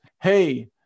hey